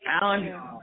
Alan